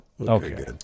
Okay